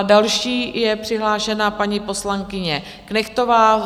Další je přihlášena paní poslankyně Knechtová.